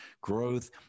growth